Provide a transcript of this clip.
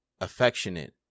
affectionate